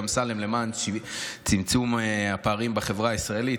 אמסלם למען צמצום הפערים בחברה הישראלית,